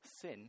sin